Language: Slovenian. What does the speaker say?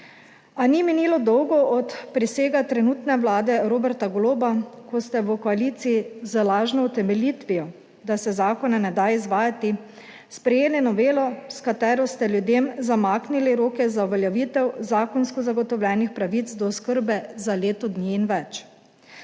A ni minilo dolgo od prisega trenutne vlade Roberta Goloba, ko ste v koaliciji z lažno utemeljitvijo, da se zakona ne da izvajati, sprejeli novelo s katero ste ljudem zamaknili roke za uveljavitev zakonsko zagotovljenih pravic do oskrbe za leto dni in več.